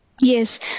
yes